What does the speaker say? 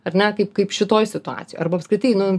ar ne kaip kaip šitoj situacijoj arba apskritai nu